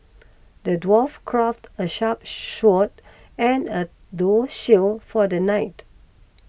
the dwarf crafted a sharp sword and a tough shield for the knight